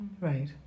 Right